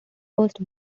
first